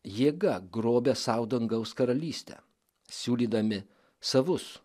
jėga grobia sau dangaus karalystę siūlydami savus